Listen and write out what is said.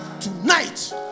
tonight